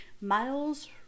Miles